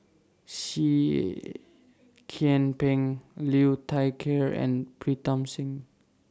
Seah Kian Peng Liu Thai Ker and Pritam Singh